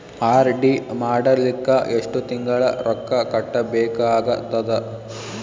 RD ಮಾಡಲಿಕ್ಕ ಎಷ್ಟು ತಿಂಗಳ ರೊಕ್ಕ ಕಟ್ಟಬೇಕಾಗತದ?